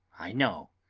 i know,